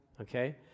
okay